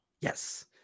yes